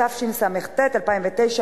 התשס"ט 2009,